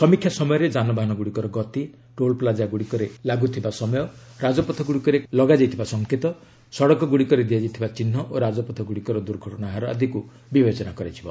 ସମୀକ୍ଷା ସମୟରେ ଯାନବାହନଗୁଡ଼ିକର ଗତି ଟୋଲପ୍ଲାଜ୍ଜାଗୁଡ଼ିକରେ ଲାଗୁଥିବା ସମୟ ରାଜପଥଗୁଡ଼ିକରେ ଲଗାଯାଇଥିବା ସଂକେତ ସଡ଼କଗୁଡ଼ିକରେ ଦିଆଯାଇଥିବା ଚିହ୍ନ ଓ ରାଜପଥଗୁଡ଼ିକର ଦୁର୍ଘଟଣା ହାର ଆଦିକୁ ବିବେଚନା କରାଯିବ